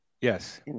Yes